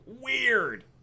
Weird